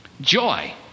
joy